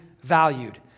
valued